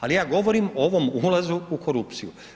Ali ja govorim o ovom ulazu u korupciju.